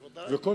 ודאי.